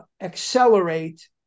accelerate